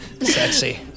Sexy